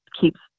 keeps